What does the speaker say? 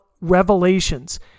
revelations